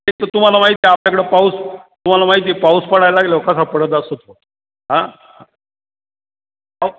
एक तर तुम्हाला माहिती आहे आपल्याकडं पाऊस तुम्हाला माहिती आहे पाऊस पडायला लागल्यावर कसा पडत असतो तो आं अहो